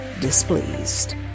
displeased